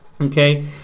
Okay